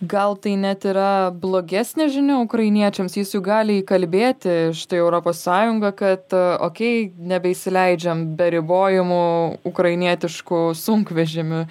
gal tai net yra blogesnė žinia ukrainiečiams jis juk gali įkalbėti štai europos sąjungą kad okei nebeįsileidžiam be ribojimų ukrainietiškų sunkvežimių